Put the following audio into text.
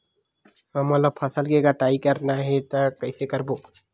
हमन ला फसल के कटाई करना हे त कइसे करबो?